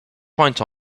point